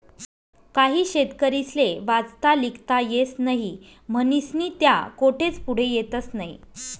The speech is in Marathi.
काही शेतकरीस्ले वाचता लिखता येस नही म्हनीस्नी त्या कोठेच पुढे येतस नही